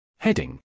Heading